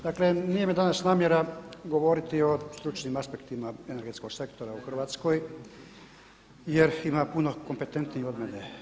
Dakle, nije mi danas namjera govoriti o stručnim aspektima energetskog sektora u Hrvatskoj jer ima puno kompetentnijih od mene.